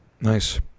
Nice